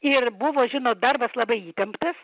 ir buvo žinot darbas labai įtemptas